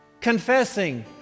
confessing